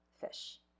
Fish